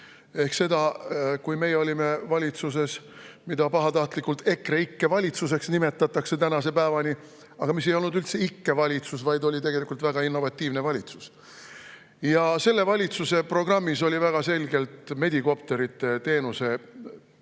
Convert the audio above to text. ehk seda, kui meie olime valitsuses, mida tänase päevani pahatahtlikult EKREIKE valitsuseks nimetatakse, aga mis ei olnud üldse ikkevalitsus, vaid oli tegelikult väga innovatiivne valitsus. Ja selle valitsuse programmis oli väga selgelt sees medikopteri teenuse